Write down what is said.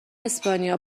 اسپانیا